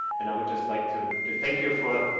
and i would just like to to thank you for